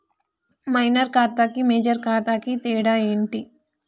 Minor ఖాతా కి major ఖాతా కి తేడా ఏంటి?